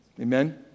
Amen